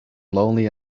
lonely